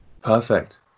Perfect